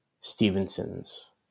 Stevenson's